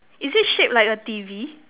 is it shape like a T_V